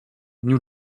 new